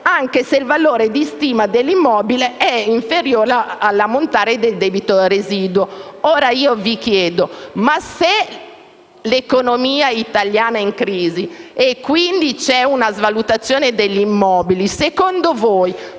anche se il valore di stima dell'immobile è inferiore all'ammontare del debito residuo. Ora vi chiedo: se l'economia italiana è in crisi, e quindi c'è una svalutazione degli immobili, secondo voi